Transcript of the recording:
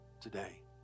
today